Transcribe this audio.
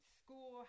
school